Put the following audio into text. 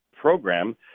program